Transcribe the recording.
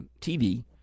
TV